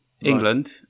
england